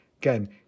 Again